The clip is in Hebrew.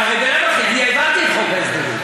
הרי בלאו הכי הבנתי את חוק ההסדרים,